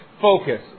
focus